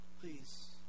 Please